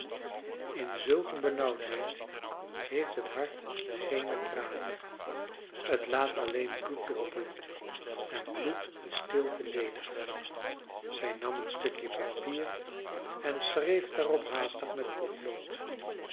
in zulk eene benauwdheid heeft het hart geene tranen het laat alleen bloed droppelen en bloedt in stilte ledig zij nam een stukje papier en schreef daarop haastig met potlood